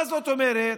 מה זאת אומרת?